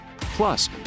Plus